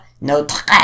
Notre